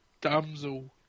Damsel